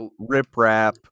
riprap